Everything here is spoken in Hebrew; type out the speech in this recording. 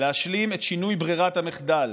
להשלים את שינוי ברירת המחדל.